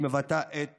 שמבטאת את